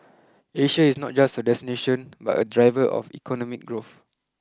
Asia is not just a destination but a driver of economic growth